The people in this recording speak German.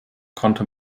konnte